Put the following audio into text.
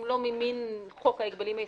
הם לא ממן חוק ההגבלים העסקיים,